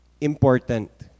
important